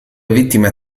vittime